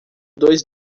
dois